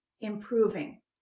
improving